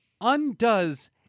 undoes